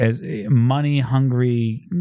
money-hungry